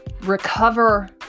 recover